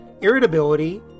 irritability